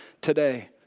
today